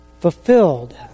fulfilled